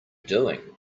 doing